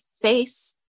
face